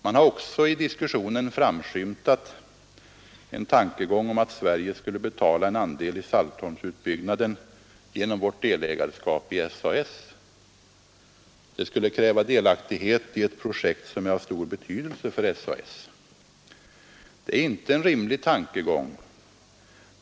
I diskussionen har också framskymtat en tankegång om att Sverige skulle betala en andel i Saltholmsutbyggnaden genom vårt delägarskap i SAS. Det skulle kräva delaktighet i ett projekt som är av stor betydelse för SAS. Det är inte en rimlig tankegång.